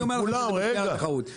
אני אומר לך שזה משפיע על התחרות.